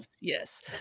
Yes